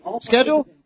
schedule